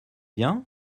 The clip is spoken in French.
bien